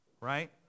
right